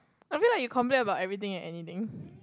I mean like you complain about everything and anything